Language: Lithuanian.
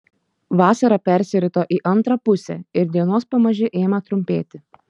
vasara persirito į antrą pusę ir dienos pamaži ėmė trumpėti